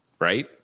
Right